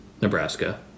Nebraska